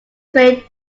way